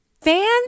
Fans